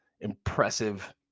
impressive